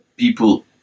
people